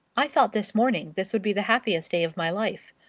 i thought this morning this would be the happiest day of my life.